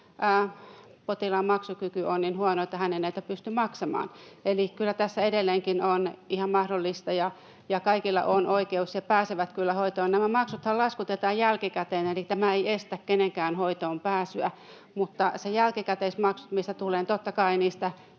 potilaan maksukyky on niin huono, että hän ei näitä pysty maksamaan. Eli kyllä tässä edelleenkin on ihan mahdollista ja kaikilla on oikeus ja he pääsevät kyllä hoitoon. Nämä maksuthan laskutetaan jälkikäteen, eli tämä ei estä kenenkään hoitoonpääsyä. Mutta niistä jälkikäteismaksuista, mitä tulee, totta kai pitää